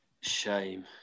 shame